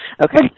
Okay